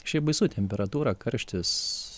šiaip baisu temperatūra karštis